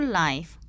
life